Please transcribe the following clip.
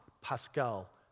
Pascal